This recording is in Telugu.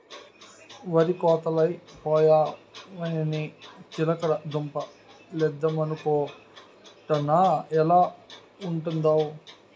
వరి కోతలై పోయాయని చిలకడ దుంప లేద్దమనుకొంటున్నా ఎలా ఉంటదంటావ్?